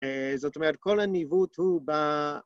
‫זאת אומרת, כל הניווט הוא ב...